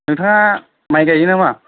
नोंथाङा माइ गायो नामा